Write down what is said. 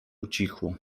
ucichło